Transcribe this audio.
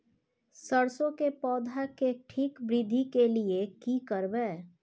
सरसो के पौधा के ठीक वृद्धि के लिये की करबै?